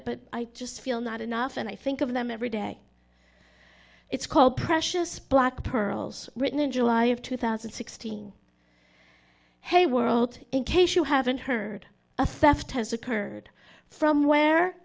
it but i just feel not enough and i think of them every day it's called precious black pearls written in july of two thousand and sixteen hey world in case you haven't heard a theft has occurred from where